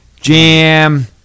jam